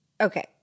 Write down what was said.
okay